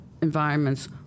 environments